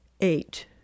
eight